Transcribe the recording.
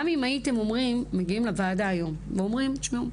גם אם הייתם מגיעים לוועדה היום ואומרים: תשמעו,